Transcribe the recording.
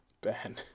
Ben